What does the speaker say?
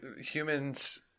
humans